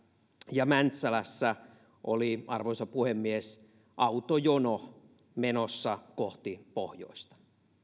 ja mäntsälässä oli arvoisa puhemies autojono menossa kohti pohjoista